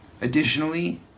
Additionally